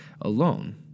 alone